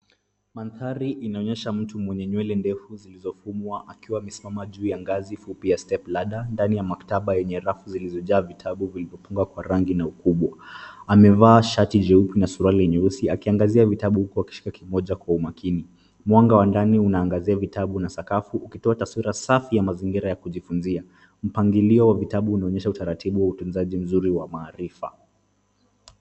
Mandhari inaonyesha mtu mwenye nywele ndefu zilizofumwa akiwa amesimama juu ya ngazi fupi ya step ladder ndani ya maktaba yenye rafu zilizojaa rafu za vitabu vilivyopangwa kwa rangi na ukubwa. Amevaa shati jeupe na suruali jeusi akiangazia vitabu huku akishika kimoja kwa umaakini. Mwanga wa ndani unaangazia vitabu na sakafu ukitoa taswira safi ya mazingira ya kujifunzia. Mpangilio wa vitabu unaonyesha utaratibu wa utunzaji mzuri wa maarifa.